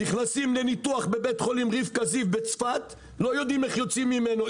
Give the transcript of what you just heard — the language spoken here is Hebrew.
נכנסים לניתוח בבית חולים רבקה זיו בצפת לא יודעים איך יוצאים ממנו,